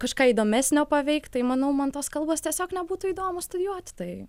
kažką įdomesnio paveikt tai manau man tos kalbos tiesiog nebūtų įdomu studijuoti tai